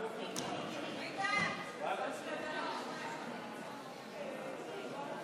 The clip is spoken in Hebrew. לוועדה את הצעת חוק הרשות הלאומית לשעת משבר,